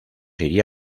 iría